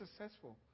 successful